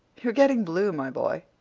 you're getting blue my boy.